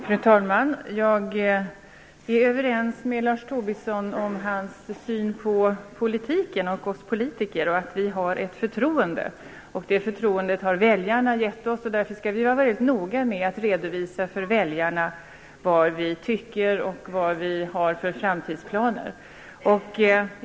Fru talman! Jag är överens med Lars Tobisson om hans syn på politiken och oss politiker. Vi har ett förtroende, och det förtroendet har väljarna gett oss. Därför skall vi vara mycket noga med att redovisa för väljarna vad vi tycker och vilka framtidsplaner vi har.